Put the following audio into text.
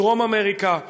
דרום אמריקה,